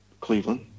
Cleveland